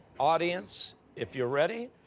audience, if you're ready,